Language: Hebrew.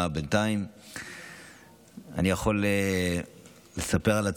אני יכול לספר על עצמי,